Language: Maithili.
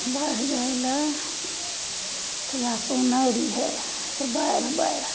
बाढ़ि जे अयलय तहिआ सुनय रहियै से बाढ़ि बाढ़ि